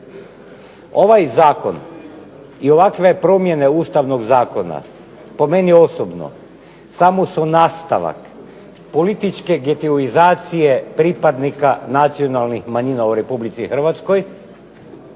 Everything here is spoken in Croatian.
ovaj zakon i ovakve promjene Ustavnog zakona po meni osobno samo su nastavak političke getoizacije pripadnika nacionalnih manjina u RH bez ikakve